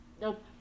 Nope